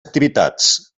activitats